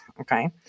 Okay